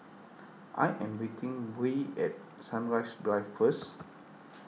I am meeting Bree at Sunrise Drive first